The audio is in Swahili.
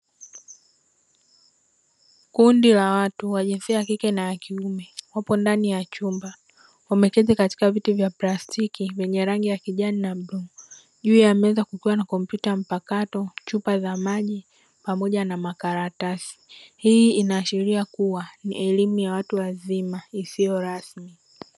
Kundi la watu wa jinsia ya kike na ya kiume wapo ndani ya chumba wameketi katika viti vya plasitiki vyenye rangi ya kijani na bluu; juu ya meza kukiwa na kompyuta mpakato, chupa za maji pamoja na makaratasi. Hii inaashiria kuwa ni elimu ya watu wazima isiyo rasmi.